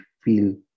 feel